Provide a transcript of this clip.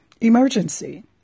emergency